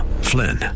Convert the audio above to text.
Flynn